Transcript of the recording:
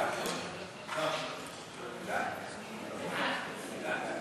חוק השמות (תיקון מס'